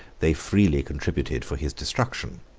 they freely contributed for his destruction.